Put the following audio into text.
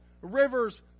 rivers